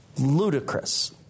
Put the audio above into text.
ludicrous